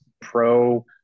pro